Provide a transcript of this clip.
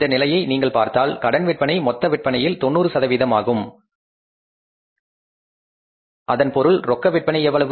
இந்த நிலையை நீங்கள் பார்த்தால் கடன் விற்பனை மொத்த விற்பனையில் 90 சதவீதம் ஆகும் இதன் பொருள் ரொக்க விற்பனை எவ்வளவு